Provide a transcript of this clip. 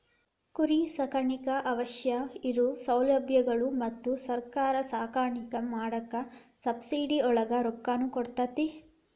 ಕುರಿ ಸಾಕಾಣಿಕೆಗೆ ಅವಶ್ಯ ಇರು ಸೌಲಬ್ಯಗಳು ಮತ್ತ ಸರ್ಕಾರಾ ಸಾಕಾಣಿಕೆ ಮಾಡಾಕ ಸಬ್ಸಿಡಿ ಒಳಗ ರೊಕ್ಕಾನು ಕೊಡತತಿ